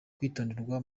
kwitonderwa